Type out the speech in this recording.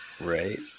Right